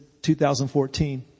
2014